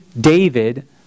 David